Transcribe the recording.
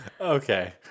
Okay